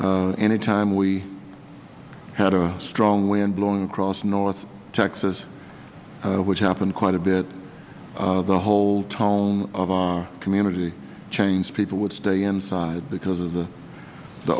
anytime we had a strong wind blowing across north texas which happened quite a bit the whole tone of our community changed people would stay inside because of the